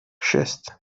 шесть